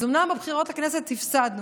אז אומנם בבחירות לכנסת הפסדנו,